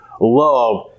love